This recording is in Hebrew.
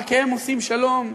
רק הם עושים שלום,